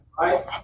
Right